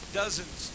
dozens